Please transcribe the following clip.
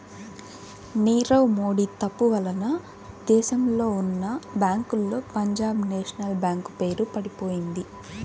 నీరవ్ మోడీ తప్పు వలన దేశంలో ఉన్నా బ్యేంకుల్లో పంజాబ్ నేషనల్ బ్యేంకు పేరు పడిపొయింది